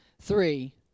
Three